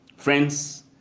Friends